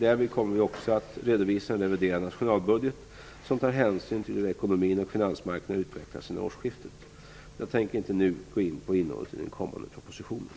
Därvid kommer vi också att redovisa en reviderad nationalbudget som tar hänsyn till hur ekonomin och finansmarknaderna utvecklats sedan årsskiftet. Jag tänker inte nu gå in på innehållet i den kommande propositionen.